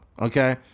Okay